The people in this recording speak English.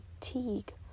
fatigue